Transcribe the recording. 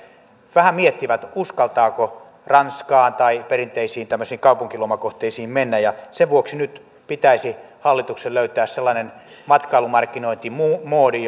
vähän miettivät uskaltaako ranskaan tai perinteisiin tämmöisiin kaupunkilomakohteisiin mennä ja sen vuoksi nyt pitäisi hallituksen löytää sellainen matkailumarkkinointimoodi